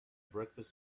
breakfast